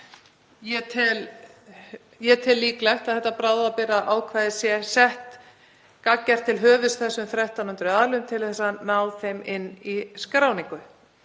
ég tel líklegt að þetta bráðabirgðaákvæði sé sett gagngert til höfuðs þessum 1.300 aðilum til að ná þeim inn í skráningu.